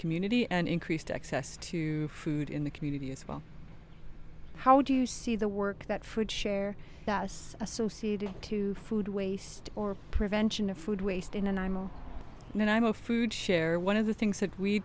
community and increased access to food in the community as well how do you see the work that fruit share that us associated to food waste or prevention of food waste in and imo and ime of food share one of the things that we